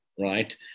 right